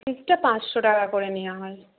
ফিজটা পাঁচশো টাকা করে নেওয়া হয়